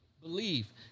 believe